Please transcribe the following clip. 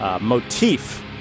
motif